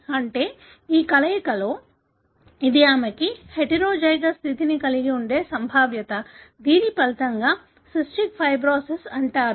అంటే ఈ కలయికలో ఇది ఆమెకు హెటెరోజైగస్ స్థితిని కలిగి ఉండే సంభావ్యత దీని ఫలితంగా సిస్టిక్ ఫైబ్రోసిస్ అంటారు